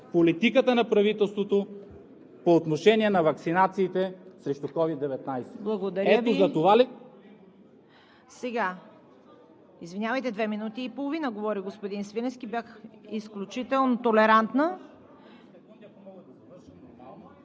политиката на правителството по отношение на ваксинациите срещу COVID-19. ПРЕДСЕДАТЕЛ